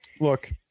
Look